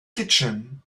kitchen